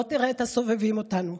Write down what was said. לא תראה את הסובבים אותנו,